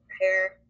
hair